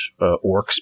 orcs